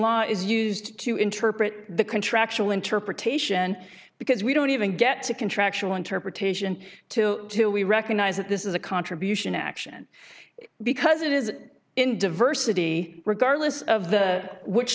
is used to interpret the contractual interpretation because we don't even get to contractual interpretation to two we recognize that this is a contribution action because it is in diversity regardless of the which